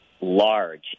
large